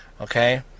okay